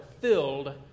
filled